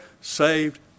saved